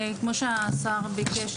כמו שהשר ביקש,